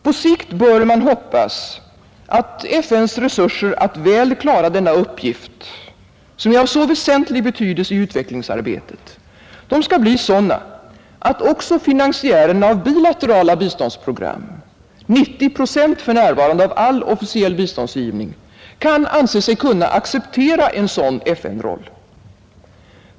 På sikt bör man hoppas att FN:s resurser att väl klara denna uppgift av så väsentlig betydelse i utvecklingsarbetet skall bli sådana att också finansiärerna av bilaterala biståndsprogram — 90 procent för närvarande av all officiell biståndsgivning — kan anse sig kunna acceptera en sådan FN-roll.